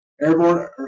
Airborne